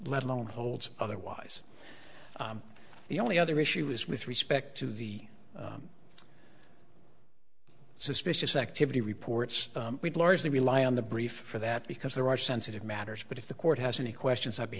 let alone holds otherwise the only other issue is with respect to the suspicious activity reports we'd largely rely on the brief for that because there are sensitive matters but if the court has any questions i'll be